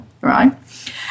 right